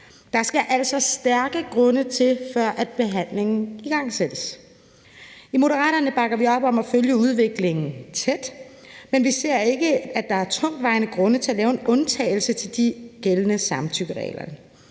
Der skal altså stærke grunde til, før behandlingen igangsættes. I Moderaterne bakker vi op om at følge udviklingen tæt, men vi ser ikke, at der er tungtvejende grunde til at lave en undtagelse til de gældende samtykkeregler.